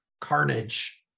carnage